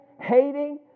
Hating